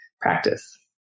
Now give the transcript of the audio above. practice